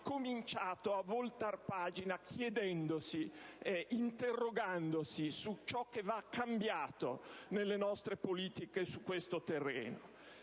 cominciato a voltar pagina interrogandosi su ciò che va corretto nelle nostre politiche su questo terreno.